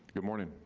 good morning,